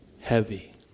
heavy